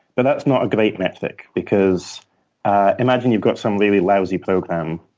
but that's not a great metric because imagine you've got some really lousy program.